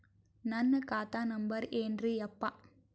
ನನ್ನ ಖಾತಾ ನಂಬರ್ ಏನ್ರೀ ಯಪ್ಪಾ?